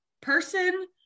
person